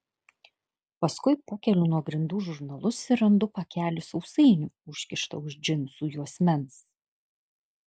paskui pakeliu nuo grindų žurnalus ir randu pakelį sausainių užkištą už džinsų juosmens